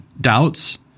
doubts